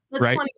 Right